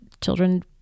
children